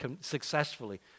successfully